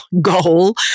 goal